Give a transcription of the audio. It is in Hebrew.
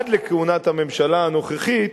עד לכהונת הממשלה הנוכחית,